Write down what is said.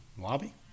Lobby